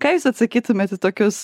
ką jūs atsakytumėt į tokius